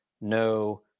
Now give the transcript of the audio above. no